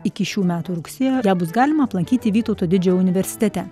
iki šių metų rugsėjo ją bus galima aplankyti vytauto didžiojo universitete